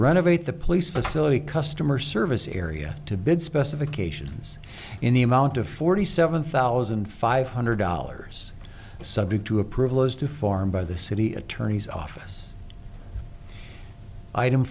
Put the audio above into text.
renovate the police facility customer service area to bid specifications in the amount of forty seven thousand five hundred dollars subject to approval as to form by the city attorney's office item